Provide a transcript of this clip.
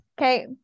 Okay